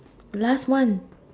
last one